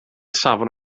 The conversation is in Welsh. safon